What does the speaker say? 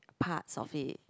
parts of it